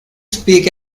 speak